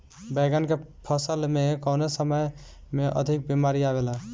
बैगन के फसल में कवने समय में अधिक बीमारी आवेला?